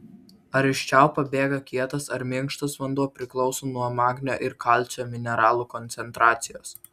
ar iš čiaupo bėga kietas ar minkštas vanduo priklauso nuo magnio ir kalcio mineralų koncentracijos